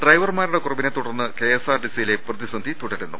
ഡ്രൈവർമാരുടെ കുറവിനെ തുടർന്ന് കെഎസ്ആർടിസിയിലെ പ്രതിസന്ധി തുടരുന്നു